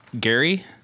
Gary